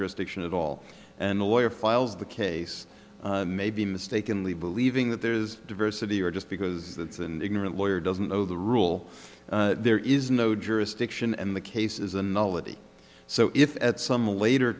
jurisdiction of all and the lawyer files the case may be mistakenly believing that there is diversity or just because that's an ignorant lawyer doesn't know the rule there is no jurisdiction and the case is a knowledge so if at some later